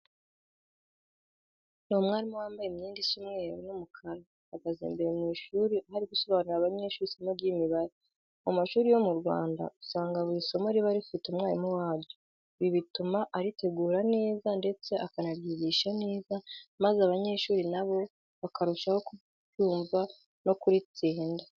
Ni umwarimu wambaye imyenda isa umweru n'umukara, ahagaze imbere mu ishuri aho ari gusobanurira abanyeshuri isomo ry'Imibare. Mu mashuri yo mu Rwanda usanga buri somo riba rifite umwarimu waryo. Ibi bituma aritegura neza ndetse akanaryigisha neza maze abanyeshuri na bo bakarushaho kuryumva no kuritsinda.